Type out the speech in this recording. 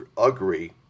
agree